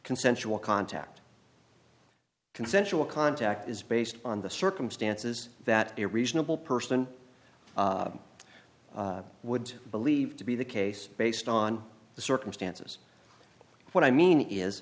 consensual contact consensual contact is based on the circumstances that a reasonable person would believe to be the case based on the circumstances what i mean is